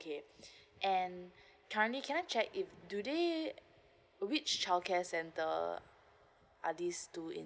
and currently can I check if do they which childcare center are these two in